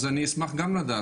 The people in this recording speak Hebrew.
אז אני אשמח גם לדעת.